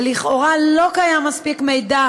ולכאורה לא קיים מספיק מידע